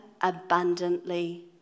abundantly